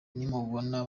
nimubona